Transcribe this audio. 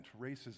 racism